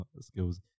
skills